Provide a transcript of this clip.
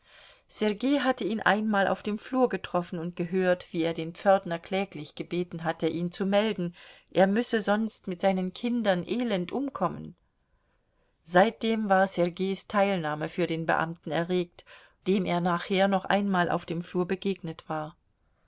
sergei hatte ihn einmal auf dem flur getroffen und gehört wie er den pförtner kläglich gebeten hatte ihn zu melden er müsse sonst mit seinen kindern elend umkommen seitdem war sergeis teilnahme für den beamten erregt dem er nachher noch einmal auf dem flur begegnet war